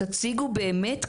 תחזירו את התקנות לאלתר,